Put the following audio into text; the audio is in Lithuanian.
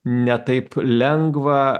ne taip lengva